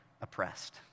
oppressed